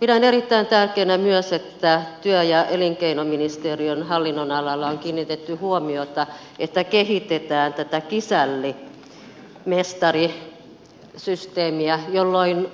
pidän erittäin tärkeänä myös sitä että työ ja elinkeinoministeriön hallinnonalalla on kiinnitetty huomiota siihen että kehitetään tätä kisällimestari systeemiä jolloin